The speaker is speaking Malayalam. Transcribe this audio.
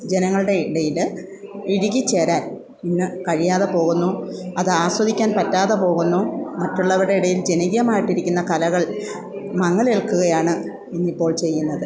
ജനങ്ങളുടെയിടയിൽ ഇഴുകിച്ചേരാൻ ഇന്ന് കഴിയാതെ പോകുന്നു അത് ആസ്വദിക്കാൻ പറ്റാതെ പോകുന്നു മറ്റുള്ളവരുടെയിടയിൽ ജനകീയമായിട്ടിരിക്കുന്ന കലകൾ മങ്ങലേൽക്കുകയാണ് ഇന്നിപ്പോൾ ചെയ്യുന്നത്